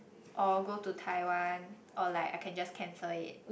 or go to Taiwan or like I can just cancel it